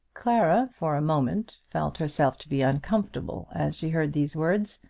clara for a moment felt herself to be uncomfortable as she heard these words,